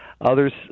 Others